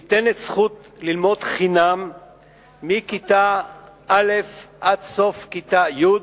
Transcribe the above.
ניתנת זכות ללמוד חינם מכיתה א' עד סוף כיתה י'.